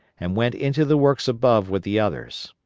and went into the works above with the others.